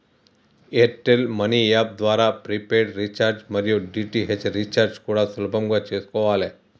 air tell money app ద్వారా prepaid recharge మరియు DTH recharge కూడా సులభంగా చేసుకోవాలే